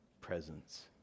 presence